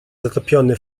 zatopiony